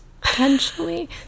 potentially